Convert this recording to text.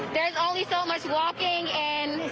there's only so much walking and,